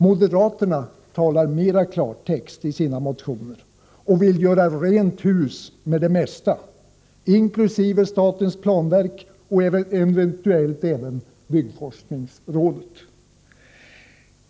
Moderaterna talar mera klartext i sina motioner och vill göra rent hus med det mesta, inkl. statens planverk och eventuellt också byggforskningsrådet.